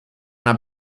una